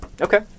Okay